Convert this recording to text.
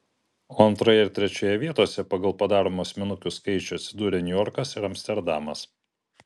o antroje ir trečioje vietose pagal padaromų asmenukių skaičių atsidūrė niujorkas ir amsterdamas